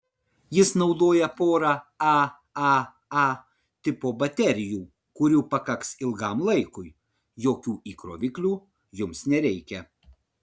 jis naudoja porą aaa tipo baterijų kurių pakaks ilgam laikui jokių įkroviklių jums nereikia